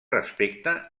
respecte